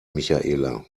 michaela